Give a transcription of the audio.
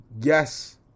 yes